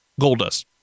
Goldust